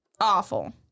awful